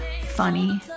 funny